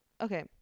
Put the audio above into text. okay